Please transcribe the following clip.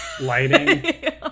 lighting